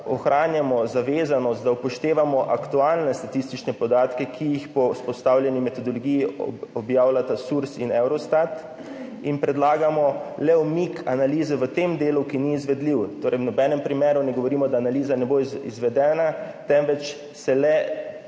ohranjamo zavezanost, da upoštevamo aktualne statistične podatke, ki jih po vzpostavljeni metodologiji objavljata SURS in Eurostat, in predlagamo le umik analize v tem delu, ki ni izvedljiv, torej v nobenem primeru ne govorimo, da analiza ne bo izvedena, temveč se le